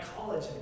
college